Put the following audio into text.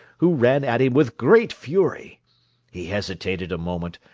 who ran at him with great fury he hesitated a moment,